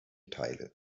teile